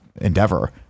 endeavor